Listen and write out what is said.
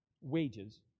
wages